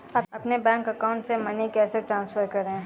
अपने bank account से money कैसे ट्रांसफर करें?